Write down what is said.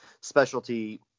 specialty